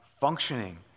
functioning